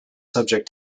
subject